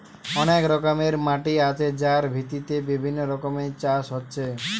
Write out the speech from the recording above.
অনেক রকমের মাটি আছে যার ভিত্তিতে বিভিন্ন রকমের চাষ হচ্ছে